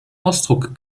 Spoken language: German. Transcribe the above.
ausdruck